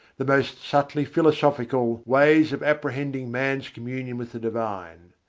the most subtly philosophical, ways of apprehending man's communion with the divine.